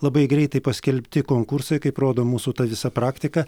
labai greitai paskelbti konkursai kaip rodo mūsų visa praktika